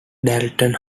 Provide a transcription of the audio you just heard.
dalton